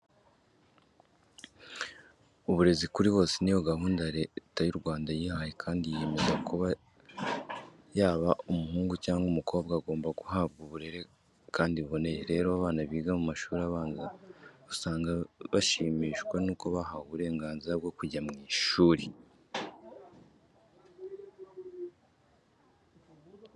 Uburezi kuri bose niyo gahunda Leta y'u Rwanda yihaye kandi yiyemeza ko yaba umuhungu cyangwa se umukobwa agomba guhabwa uburere kandi buboneye. Rero abana biga mu mashuri abanza usanga bashimishwa nuko bahawe uburenganzira bwo kujya ku ishuri.